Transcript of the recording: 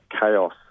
chaos